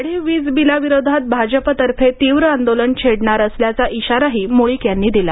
वाढीव वीज बिलाविरोधात भाजपातर्फे तीव्र आंदोलन छेडणार असल्याचा इशाराही मुळीक यांनी दिला